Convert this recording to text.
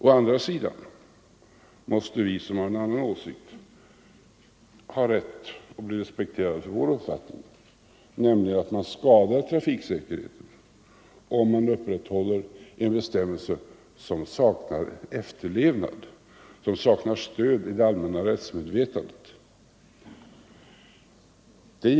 Å andra sidan måste vi som har en annan åsikt ha rätt att bli respekterade för vår uppfattning, nämligen att man skadar trafiksäkerheten om man upprätthåller en bestämmelse som saknar stöd i det allmänna rättsmedvetandet.